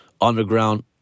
underground